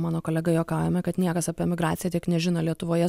mano kolega juokaujame kad niekas apie emigraciją tiek nežino lietuvoje